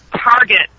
Target